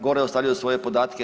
Gore ostavljaju svoje podatke.